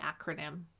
acronym